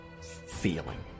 feeling